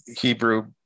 Hebrew